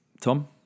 Tom